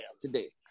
today